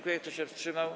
Kto się wstrzymał?